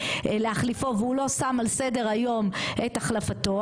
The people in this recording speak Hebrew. להחליפו והוא לא שם על סדר היום את החלפתו.